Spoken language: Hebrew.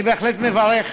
אני בהחלט מברך.